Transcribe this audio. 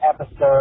episode